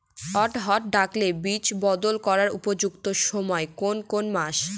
অড়হড় ডালের বীজ বপন করার উপযুক্ত সময় কোন কোন মাস?